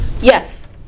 Yes